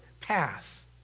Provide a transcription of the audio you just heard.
path